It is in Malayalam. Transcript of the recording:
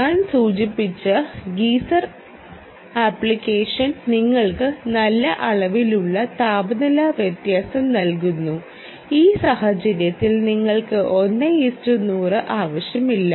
ഞാൻ സൂചിപ്പിച്ച ഗീസർ ആപ്ലിക്കേഷൻ നിങ്ങൾക്ക് നല്ല അളവിലുള്ള താപനില വ്യത്യാസം നൽകുന്നു ഈ സാഹചര്യത്തിൽ നിങ്ങൾക്ക് 1 100 ആവശ്യമില്ല